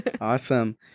awesome